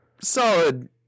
Solid